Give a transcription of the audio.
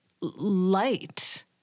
light